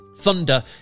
Thunder